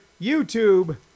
YouTube